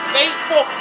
faithful